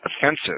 offensive